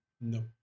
No